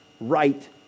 right